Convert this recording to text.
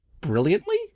brilliantly